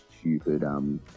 stupid